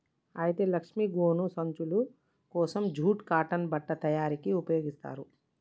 అయితే లక్ష్మీ గోను సంచులు కోసం జూట్ కాటన్ బట్ట తయారీకి ఉపయోగిస్తారు